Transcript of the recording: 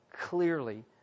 clearly